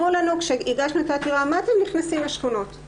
וכאשר הגשנו את העתירה שאלו אותנו מה אתם נכנסים לשכונות,